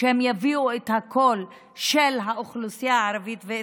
שהם יביעו את הקול ואת הצרכים של האוכלוסייה הערבית.